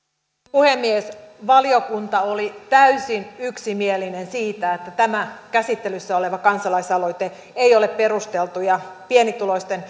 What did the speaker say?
puhemies valiokunta oli täysin yksimielinen siitä että tämä käsittelyssä oleva kansalaisaloite ei ole perusteltu pienituloisten